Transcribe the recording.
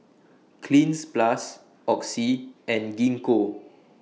Cleanz Plus Oxy and Gingko